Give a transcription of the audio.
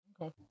Okay